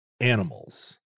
animals